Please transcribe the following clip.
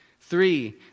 Three